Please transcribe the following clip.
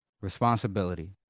responsibility